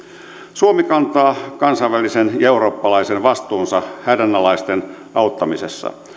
suomi kantaa kansainvälisen ja eurooppalaisen vastuunsa hädänalaisten auttamisessa